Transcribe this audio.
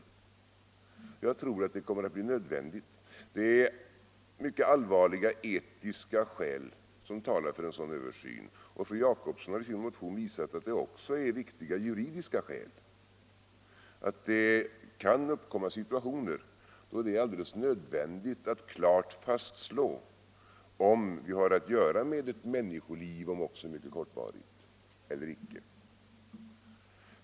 Jag tror att en sådan utredning kommer att bli nödvändig. Mycket allvarliga etiska skäl talar för en översyn av dessa begrepp, och fru Jacobsson har i sin motion visat att det också finns viktiga juridiska skäl. Det kan uppkomma situationer då det är alldeles nödvändigt att klart fastslå huruvida man har att göra med ett människoliv, om än mycket kortvarigt, eller inte.